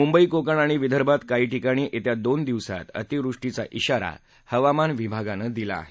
मुंबई कोकण आणि विदर्भात काही ठिकाणी येत्या दोन दिवसात अति वृष्टीचा श्रीारा हवामान विभागनं दिला आहे